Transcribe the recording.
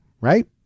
right